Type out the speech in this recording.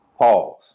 Pause